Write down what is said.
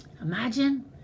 Imagine